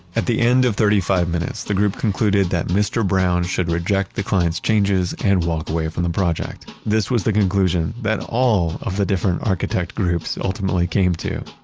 at the end of thirty five minutes, the group concluded that mr. brown should reject the client's changes and walk away from the project. this was the conclusion that all of the different architect groups ultimately came to.